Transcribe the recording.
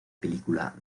película